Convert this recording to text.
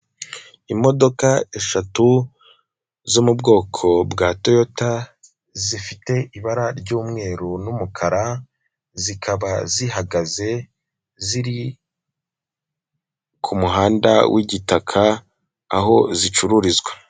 Imodoka eshatu zo mu bwoko bwa toyota zifite ibara ry'umweru n'umukara, zikaba zihagaze ziri ku muhanda w'igitaka aho zicururizwa.